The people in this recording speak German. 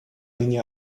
linie